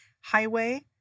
highway